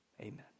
Amen